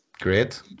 Great